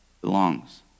belongs